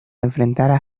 enfrentara